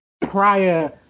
prior